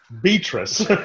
Beatrice